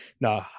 No